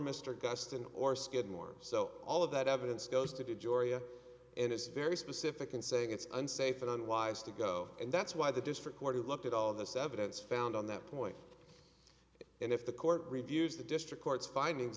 mr gustin or skidmore so all of that evidence goes to joria and it's very specific in saying it's unsafe unwise to go and that's why the district court of looked at all this evidence found on that point and if the court reviews the district court's findings